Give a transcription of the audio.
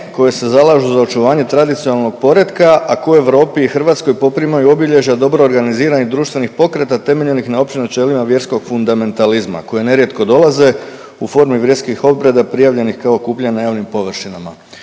koje se zalažu za očuvanje tradicionalnog poretka, a koje u Europi i Hrvatskoj poprimaju obilježja dobro organiziranih društvenih pokreta temeljenih na općim načelima vjerskog fundamentalizma koje nerijetko dolaze u formi vjerskih obreda prijavljenih kao okupljanje na javnim površinama.